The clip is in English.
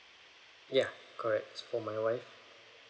ya correct is for my wife